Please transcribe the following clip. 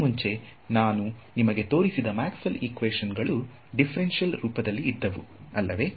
ಈ ಮುಂಚೆ ನಾನು ನಿಮಗೆ ತೋರಿಸಿದ ಮ್ಯಾಕ್ಸ್ವೆಲ್ ಇಕ್ವೇಶನ್ ಗಳು ಡಿಫರೆನ್ಷಿಯಲ್ ರೂಪದಲ್ಲಿ ಇದ್ದವು ಅಲ್ಲವೇ